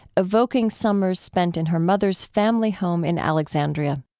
evoking summers spent in her mother's family home in alexandria